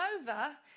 over